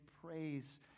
praise